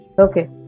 Okay